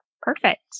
Perfect